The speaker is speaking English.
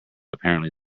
apparently